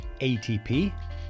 ATP